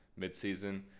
midseason